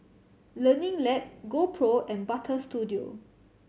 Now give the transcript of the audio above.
Learning Lab GoPro and Butter Studio